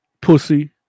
Pussy